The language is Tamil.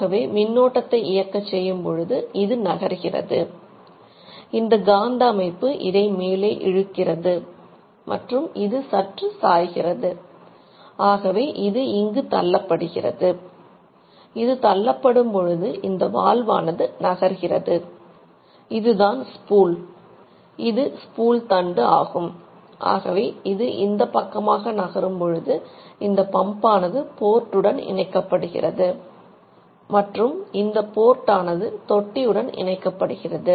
ஆகவே மின்னோட்டத்தை இணைக்கப்படுகிறது